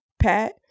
Pat